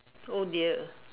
oh dear